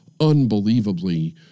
unbelievably